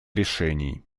решений